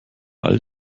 alle